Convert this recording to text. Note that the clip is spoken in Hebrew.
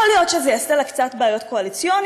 יכול להיות שזה יעשה לה קצת בעיות קואליציוניות.